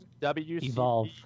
Evolve